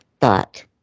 thought